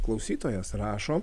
klausytojas rašo